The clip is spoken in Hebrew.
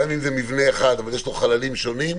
גם אם זה מבנה אחד אבל יש לו חללים שונים,